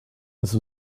this